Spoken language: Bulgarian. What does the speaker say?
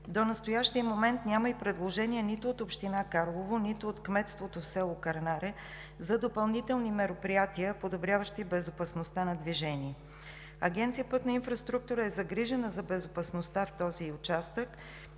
До настоящия момент няма и предложения нито от община Карлово, нито от кметството в село Кърнаре за допълнителни мероприятия, подобряващи безопасността на движение. Агенция „Пътна инфраструктура“ е загрижена за безопасността в този участък